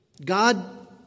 God